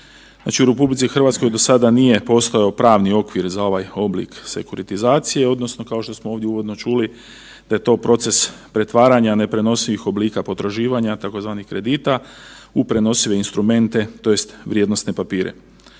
u RH do sada nije postojao pravni okvir za ovaj oblik sekuritizacije odnosno kao što smo ovdje uvodno čuli da je to proces pretvaranja neprenosivih oblika potraživanja tzv. kredita u prenosive instrumente tj. vrijednosne papire.